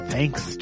Thanks